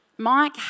Mike